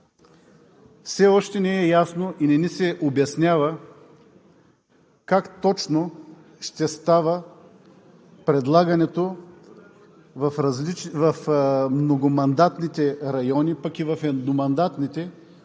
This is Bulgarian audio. Все още не е ясно и не ни се обяснява как точно ще става предлагането в многомандатните райони, пък и в едномандатните, тъй